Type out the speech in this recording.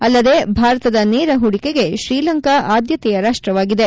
ಅಲ್ಲದೆ ಭಾರತದ ನೇರ ಹೂಡಿಕೆಗೆ ಶ್ರೀಲಂಕಾ ಆದ್ಯತೆಯ ರಾಷ್ಟವಾಗಿದೆ